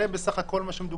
זה בסך הכול מה שמדובר.